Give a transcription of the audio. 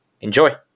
Enjoy